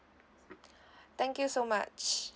thank you so much